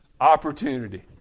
opportunity